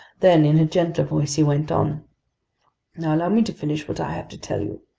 then, in a gentler voice, he went on now, allow me to finish what i have to tell you.